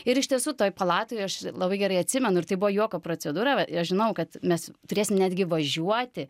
ir iš tiesų toj palatoj aš labai gerai atsimenu ir tai buvo juoko procedūra va ir aš žinojau kad mes turėsim netgi važiuoti